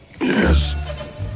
Yes